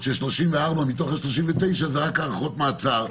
34 מתוך ה-39 זה רק הארכות מעצר.